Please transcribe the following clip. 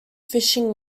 fishing